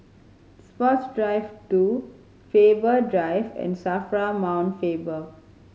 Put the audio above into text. Sports Drive Two Faber Drive and SAFRA Mount Faber